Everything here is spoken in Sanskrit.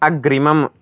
अग्रिमम्